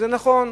זה נכון,